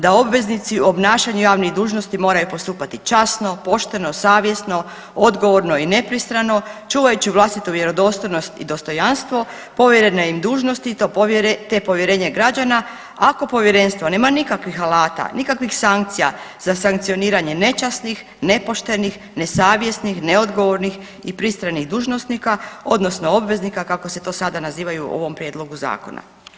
Da obveznici u obnašanju javnih dužnosti moraju postupati časno, pošteno, savjesno, odgovorno i nepristrano čuvajući vlastitu vjerodostojnost i dostojanstvo, povjerene im dužnosti te povjerenje građana ako Povjerenstvo nema nikakvih alata, nikakvih sankcija za sankcioniranje nečasnih, nepoštenih, nesavjesnih, neodgovornih i pristranih dužnosnika odnosno obveznika kako se to sada nazivaju u ovom Prijedlogu zakona.